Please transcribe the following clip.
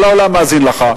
כל העולם מאזין לך,